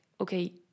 okay